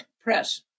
press